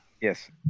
Yes